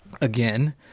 again